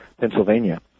Pennsylvania